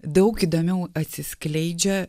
daug įdomiau atsiskleidžia